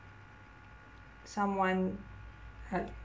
someone heard